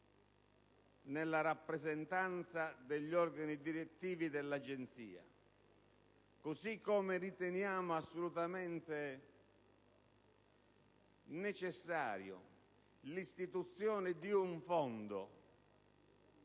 nella rappresentanza degli organi direttivi dell'Agenzia. Allo stesso modo, riteniamo assolutamente necessaria l'istituzione di un fondo